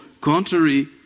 contrary